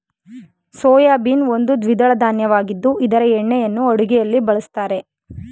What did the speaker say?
soybean ಒಂದು ದ್ವಿದಳ ಧಾನ್ಯವಾಗಿದ್ದು ಇದರ ಎಣ್ಣೆಯನ್ನು ಅಡುಗೆಯಲ್ಲಿ ಬಳ್ಸತ್ತರೆ